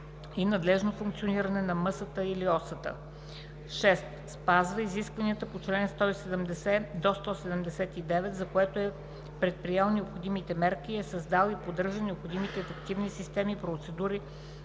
и надлежното функциониране на МСТ или OCT; 6. спазва изискванията по чл. 170 – 179, за което е предприел необходимите мерки, и е създал и поддържа необходимите ефективни системи, процедури